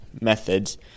methods